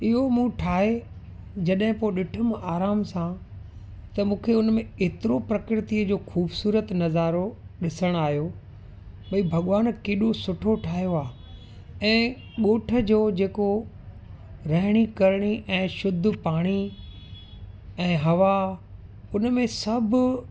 इहो मूं ठाहे जॾहिं पोइ ॾिठमि मां आराम सां त मूंखे उनमें एतिरो प्रकृतीअ जो ख़ूबसूरत नज़ारो ॾिसणु आयो भई भॻवान केॾो सुठो ठाहियो आहे ऐं ॻोठ जो जेको रहणी करणी ऐं शुद्ध पाणी ऐं हवा उन में सभु